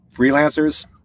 freelancers